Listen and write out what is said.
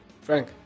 Frank